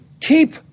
keep